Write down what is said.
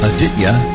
Aditya